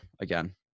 again